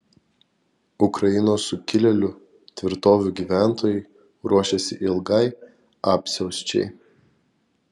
ukrainos sukilėlių tvirtovių gyventojai ruošiasi ilgai apsiausčiai